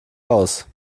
aus